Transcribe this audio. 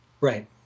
Right